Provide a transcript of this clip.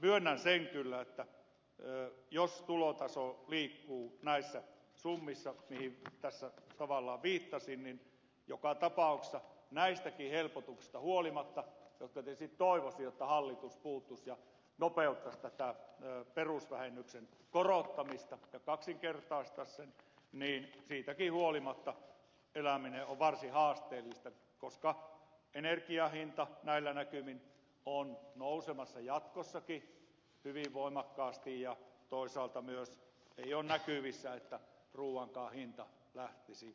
myönnän sen kyllä että jos tulotaso liikkuu näissä summissa mihin tässä tavallaan viittasin niin joka tapauksessa näistäkin helpotuksista huolimatta joista tietysti toivoisin että hallitus tähän puuttuisi ja nopeuttaisi tätä perusvähennyksen korottamista ja kaksinkertaistaisi sen eläminen on varsin haasteellista koska energian hinta näillä näkymin on nousemassa jatkossakin hyvin voimakkaasti ja toisaalta myöskään ei ole näkyvissä että ruuankaan hinta lähtisi laskemaan